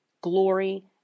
glory